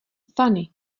fany